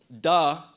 Duh